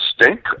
stink